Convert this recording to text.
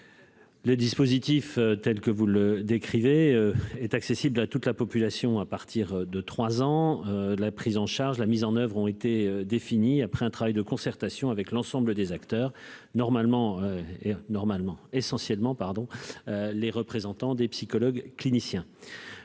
Le dispositif tels que vous le décrivez est accessible à toute la population à partir de trois ans la prise en charge la mise en oeuvre ont été définis après un travail de concertation avec l'ensemble des acteurs normalement, normalement essentiellement pardon les représentants des psychologues cliniciens